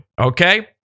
Okay